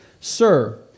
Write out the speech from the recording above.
Sir